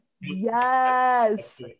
Yes